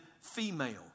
female